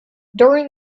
during